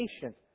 patient